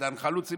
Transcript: והדן חלוצים.